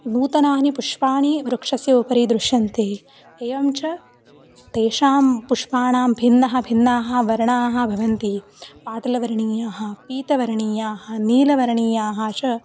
नूतनानि पुष्पाणि वृक्षस्य उपरि दृश्यन्ते एवं च तेषां पुष्पाणां भिन्नः भिन्नाः वर्णाः भवन्ति पाटलवर्णीयः पीतवर्णीयाः नीलवर्णीयाः च